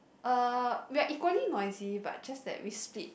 uh we are equally noisy but just that we split